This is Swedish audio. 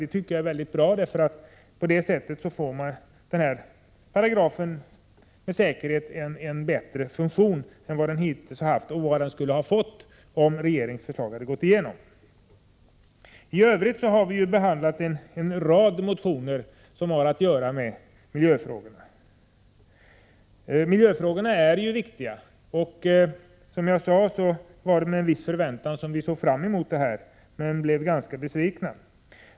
Det tycker jag är mycket bra, för på det sättet får den här paragrafen säkerligen en bättre funktion än vad den hittills har haft — och vad den skulle ha fått om regeringens förslag hade gått igenom. I övrigt har vi behandlat en rad motioner som har att göra med miljöfrågorna. Miljöfrågorna är ju betydande, och som jag sade var det med en viss förväntan som vi såg fram mot propositionen. Men vi blev ganska besvikna.